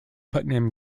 putnam